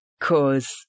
cause